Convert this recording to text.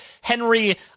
Henry